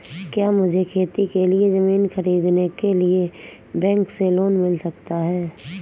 क्या मुझे खेती के लिए ज़मीन खरीदने के लिए बैंक से लोन मिल सकता है?